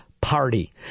party